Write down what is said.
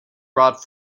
brought